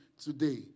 today